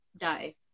die